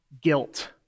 guilt